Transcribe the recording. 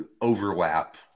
overlap